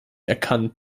erkannt